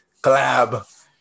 collab